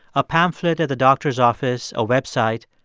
a pamphlet at the doctor's office, a website,